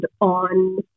on